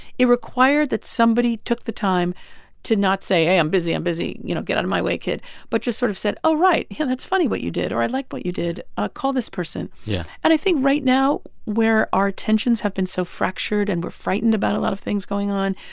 it required that somebody took the time to not say, hey, i'm busy, i'm busy, you know, get out of my way, kid but just sort of said, oh, right. yeah, that's funny what you did or i like what you did. ah call call this person yeah and i think right now, where our tensions have been so fractured and we're frightened about a lot of things going on,